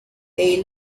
they